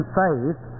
faith